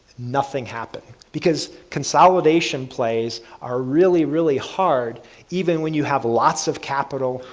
nothing happened, because consolidation plays are really, really hard even when you have lots of capital,